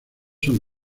son